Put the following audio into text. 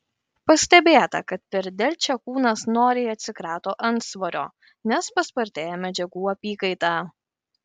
pastebėta kad per delčią kūnas noriai atsikrato antsvorio nes paspartėja medžiagų apykaita